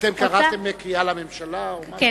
אתם קראתם קריאה לממשלה או משהו כזה?